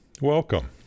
Welcome